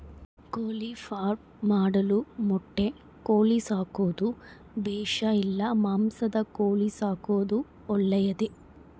ಕೋಳಿಫಾರ್ಮ್ ಮಾಡಲು ಮೊಟ್ಟೆ ಕೋಳಿ ಸಾಕೋದು ಬೇಷಾ ಇಲ್ಲ ಮಾಂಸದ ಕೋಳಿ ಸಾಕೋದು ಒಳ್ಳೆಯದೇ?